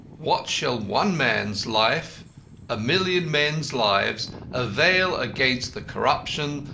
what shall one man's life a million men's lives avail against the corruption,